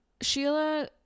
sheila